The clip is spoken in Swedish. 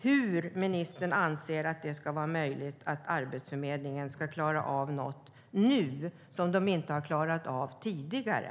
Hur kan ministern anse att det ska vara möjligt att Arbetsförmedlingen ska klara av något nu som de inte har klarat av tidigare?